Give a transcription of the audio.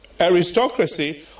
aristocracy